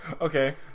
Okay